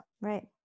Right